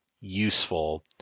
useful